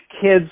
kids